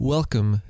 Welcome